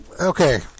okay